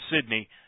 Sydney